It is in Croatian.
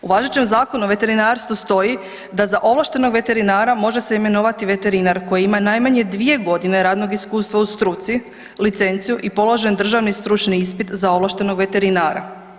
U važećem Zakonu o veterinarstvu stoji da za ovlaštenog veterinara može se imenovati veterinar koji ima najmanje 2 g. radnog iskustva u struci, licencu i položen državni stručni ispit za ovlaštenog veterinara.